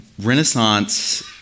Renaissance